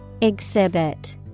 Exhibit